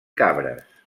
cabres